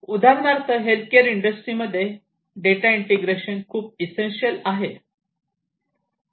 उदाहरणार्थ हेल्थकेअर इंडस्ट्रीमध्ये data integrity खूप इसेन्शियल आहे